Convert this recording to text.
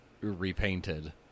repainted